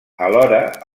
alhora